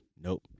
Nope